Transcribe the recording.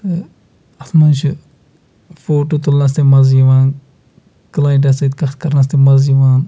تہٕ اَتھ منٛز چھِ فوٹو تُلنَس تہِ مَزٕ یِوان کٕلاینٹَس سۭتۍ کَتھ کَرنَس تہِ مَزٕ یِوان